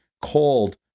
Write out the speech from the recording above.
called